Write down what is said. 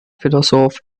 philosoph